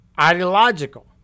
ideological